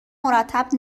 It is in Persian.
مرتب